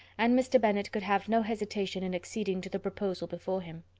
and mr. bennet could have no hesitation in acceding to the proposal before him.